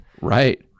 Right